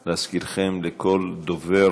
להזכירכם, לכל דובר